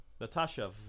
Natasha